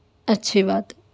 اچھی بات ہے